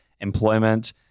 employment